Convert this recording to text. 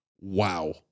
wow